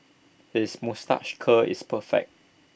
his moustache curl is perfect